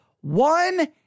One